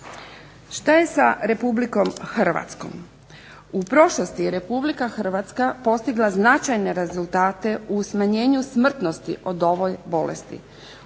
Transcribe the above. Šta je sa Republikom Hrvatskom? U prošlosti je Republika Hrvatska postigla značajne rezultate u smanjenju smrtnosti od ove bolesti.